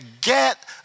get